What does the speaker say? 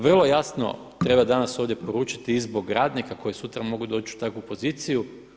Vrlo jasno treba danas ovdje poručiti i zbog radnika koji sutra mogu doći u takvu poziciju.